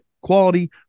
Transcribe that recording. quality